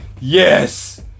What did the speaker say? Yes